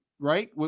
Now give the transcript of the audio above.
right